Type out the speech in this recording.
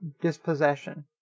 dispossession